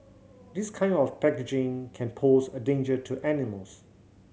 this kind of packaging can pose a danger to animals